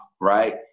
right